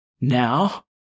Now